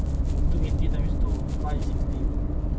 two eighty times two five sixty